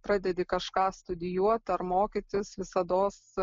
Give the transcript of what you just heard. pradedi kažką studijuot ar mokytis visados